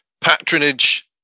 patronage